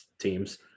teams